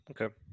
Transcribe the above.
Okay